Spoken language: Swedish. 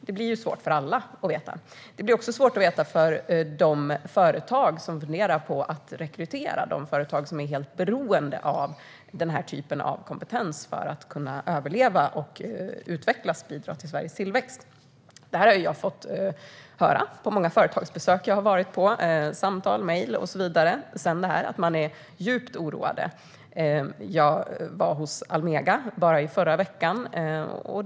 Det blir svårt för alla att veta. Detta blir också svårt att veta för de företag som funderar på att rekrytera och som är helt beroende av den typen av kompetens för att kunna överleva, utvecklas och bidra till Sveriges tillväxt. Detta har jag fått höra på många företagsbesök som jag har varit på och i samtal, mejl och så vidare; man är djupt oroad. Jag var hos Almega i förra veckan.